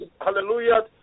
hallelujah